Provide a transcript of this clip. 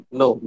no